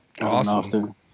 Awesome